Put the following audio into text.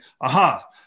aha